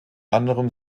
anderem